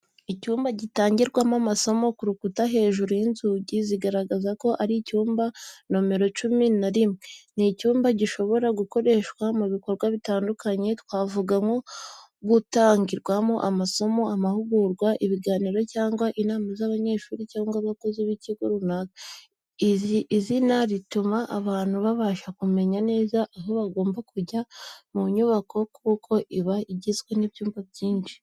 Icyumba gitangirwamo amasomo, ku rukuta hejuru y’inzugi zigaragaza ko ari icyumba nomero cumi na rimwe. Ni icyumba gishobora gukoreshwa mu bikorwa bitandukanye, twavuga nko gutangirwamo amasomo, amahugurwa, ibiganiro cyangwa inama z’abanyeshuri cyangwa abakozi mu kigo runaka. Izina rituma abantu babasha kumenya neza aho bagomba kujya mu nyubako kuko iba igizwe n’ibyumba byinshi.